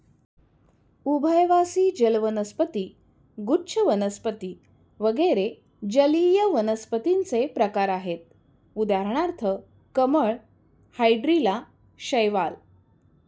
उभयवासी जल वनस्पती, गुच्छ वनस्पती वगैरे जलीय वनस्पतींचे प्रकार आहेत उदाहरणार्थ कमळ, हायड्रीला, शैवाल